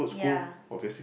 ya